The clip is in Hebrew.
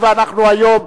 באין מתנגדים ובאין נמנעים,